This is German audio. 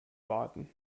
warten